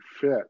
fit